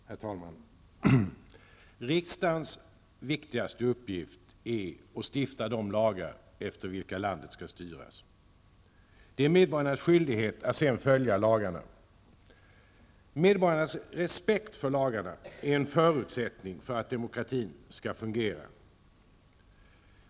Herr talman! Riksdagens viktigaste uppgift är att stifta de lagar efter vilka landet skall styras. Det är medborgarnas skyldighet att sedan följa lagarna. Medborgarnas respekt för lagarna är en förutsättning för att demokratin skall fungera.